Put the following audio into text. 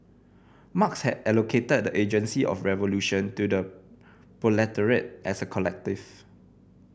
Marx had allocated the agency of revolution to the proletariat as a collective